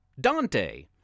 Dante